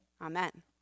Amen